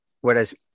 whereas